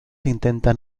intentan